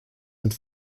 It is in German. mit